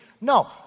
No